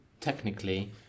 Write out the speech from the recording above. technically